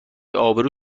ابرو